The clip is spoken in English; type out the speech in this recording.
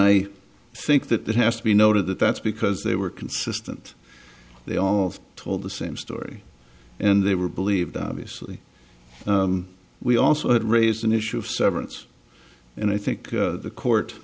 i think that that has to be noted that that's because they were consistent they all of told the same story and they were believed obviously we also had raised an issue of severance and i think the court